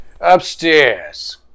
upstairs